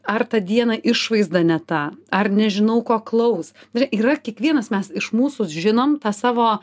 ar tą dieną išvaizdą ne tą ar ne žinau ko klaus yra kiekvienas mes iš mūsų žinom tą savo